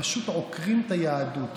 פשוט עוקרים את היהדות.